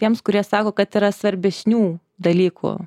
tiems kurie sako kad yra svarbesnių dalykų